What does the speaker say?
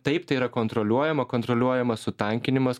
taip tai yra kontroliuojama kontroliuojamas sutankinimas